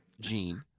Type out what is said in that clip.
Gene